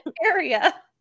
area